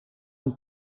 een